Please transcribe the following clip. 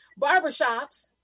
barbershops